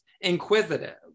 inquisitive